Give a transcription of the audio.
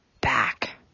back